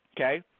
okay